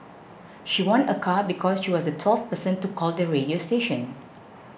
she won a car because she was the twelfth person to call the radio station